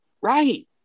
right